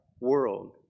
world